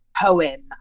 poem